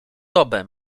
dobę